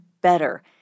better